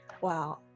Wow